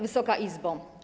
Wysoka Izbo!